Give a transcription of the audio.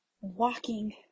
walking